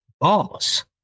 boss